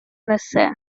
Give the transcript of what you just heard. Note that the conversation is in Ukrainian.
несе